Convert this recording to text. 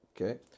okay